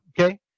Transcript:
okay